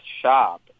shop